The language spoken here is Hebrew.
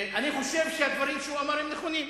אני חושב שהדברים שהוא אמר הם נכונים,